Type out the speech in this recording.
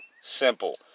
Simple